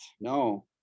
no